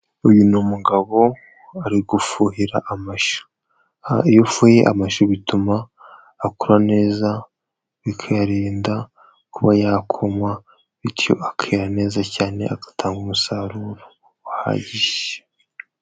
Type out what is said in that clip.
Uyu ni umugabo ari gufuhira amashu, hariya iyo ifuhiye amashu bituma akura neza, ibi bikarinda kuba yakuma bityo akira neza cyane, agatanga umusaruro uhagije.